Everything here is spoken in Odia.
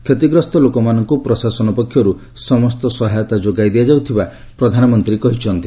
କ୍ଷତିଗ୍ରସ୍ତ ଲୋକମାନଙ୍କୁ ପ୍ରଶାସନ ପକ୍ଷର୍ ସମସ୍ତ ସହାୟତା ଯୋଗାଇ ଦିଆଯାଉଥିବା ପ୍ରଧାନମନ୍ତ୍ରୀ କହିଚ୍ଛନ୍ତି